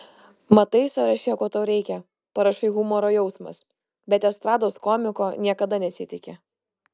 matai sąraše ko tau reikia parašai humoro jausmas bet estrados komiko niekada nesitiki